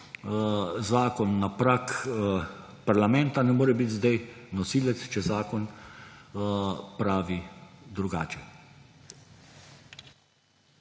zakon na prag parlamenta, ne more biti zdaj nosilec, če zakon pravi drugače.